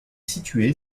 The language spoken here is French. situé